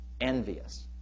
envious